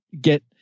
get